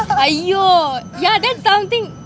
!aiyo! yeah then something